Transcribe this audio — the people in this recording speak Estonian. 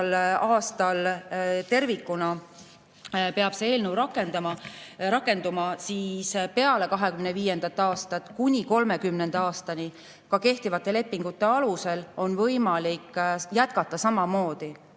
aastal tervikuna peab see eelnõu rakenduma, siis peale 2025. aastat on kuni 2030. aastani kehtivate lepingute alusel võimalik jätkata samamoodi.